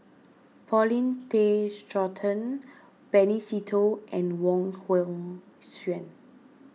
Paulin Tay Straughan Benny Se Teo and Wong Hong Suen